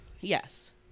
Yes